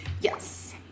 Yes